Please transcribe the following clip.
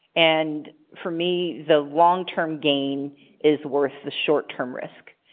and for me, the long term gain is worth the short term risk.